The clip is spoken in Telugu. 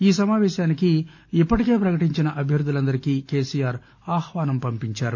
ఈ సమావేశానికి ఇప్పటికే పకటించిన అభ్యర్గులందరికీ కేసీఆర్ ఆహ్వానం పంపించారు